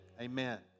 Amen